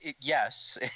Yes